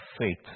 faith